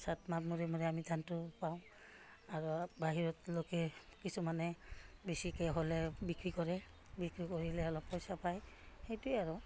মূৰে মূৰে আমি ধানটো পাওঁ আৰু বাহিৰৰলৈকে কিছুমানে বেছিকৈ হ'লে বিক্ৰী কৰে বিক্ৰী কৰিলে অলপ পইচা পায় সেইটোৱে আৰু